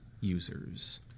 users